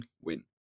win